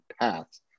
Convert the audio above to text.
paths